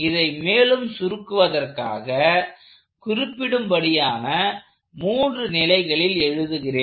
இதை மேலும் சுருக்குவதற்காக குறிப்பிடும்படியான மூன்று நிலைகளில் எழுதுகிறேன்